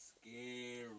scary